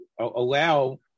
allow